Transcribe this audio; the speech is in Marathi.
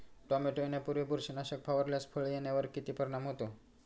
टोमॅटो येण्यापूर्वी बुरशीनाशक फवारल्यास फळ येण्यावर किती परिणाम होतो?